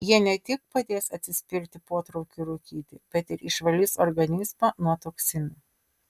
jie ne tik padės atsispirti potraukiui rūkyti bet ir išvalys organizmą nuo toksinų